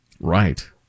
Right